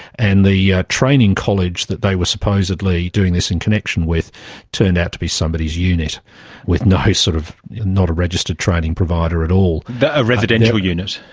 and the yeah training college that they were supposedly during this in connection with turned out to be somebody's unit with no, sort of not a registered training provider at all. a residential unit?